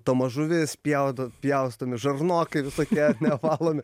tomas žuvis pjaudo pjaustomi žarnokai visokie ar ne valomi